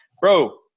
Bro